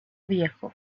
viejo